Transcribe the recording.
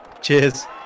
Cheers